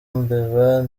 mbeba